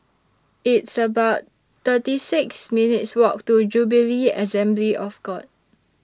It's about thirty six minutes' Walk to Jubilee Assembly of God